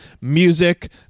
music